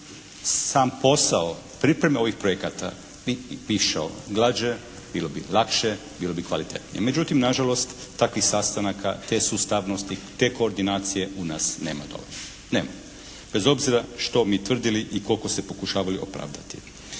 sam posao pripreme ovih projekata bi išao glađe, bilo bi lakše, bilo bi kvalitetnije. Međutim nažalost takvih sastanaka, te sustavnosti, te koordinacije u nas nema dovoljno. Nema. Bez obzira što mi tvrdili i koliko se pokušavali opravdati.